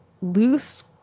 loose